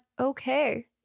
okay